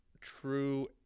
true